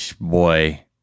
Boy